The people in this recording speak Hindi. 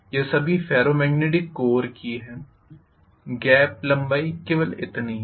यह सभी फेरो मैग्नेटिक कोर की है गेप लंबाई केवल इतनी है